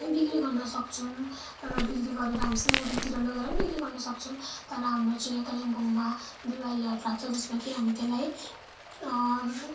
बिक्री गर्न सक्छौँ र बिक्री गरेर हामी सिलगडीतिर लगेर पनि बिक्री गर्न सक्छौँ तर हाम्रो चाहिँ यता कालिम्पोङमा बिहिबारे हाट लाग्छ जसमा कि हामी त्यसलाई